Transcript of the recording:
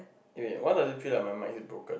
wait wait one does it feel like my mic is broken